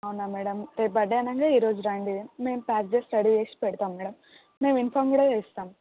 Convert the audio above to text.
అవునా మేడం రేపు బర్త్డే అనంగా ఈరోజు రండి మే ప్యాక్ చేసి రెడీ చేసి పెడతాం మేడం మేము ఇంఫార్మ్ కూడా చేస్తాం